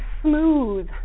smooth